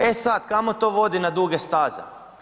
E sad kao to vodi na duge staze?